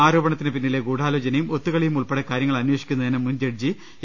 ആരോപണത്തിന് പിന്നിലെ ഗൂഢാലോചനയും ഒത്തുകളിയും ഉൾപ്പെടെ കാര്യങ്ങൾ അനേഷിക്കുന്നതിന് മുൻ ജ്ഡ്ജി എ